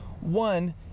One